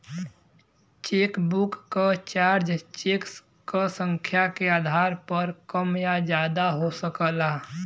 chequebook क charge cheque क संख्या के आधार पर कम या ज्यादा हो सकला